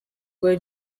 were